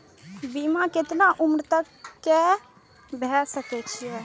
बीमा केतना उम्र तक के भे सके छै?